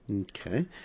Okay